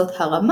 קרובים,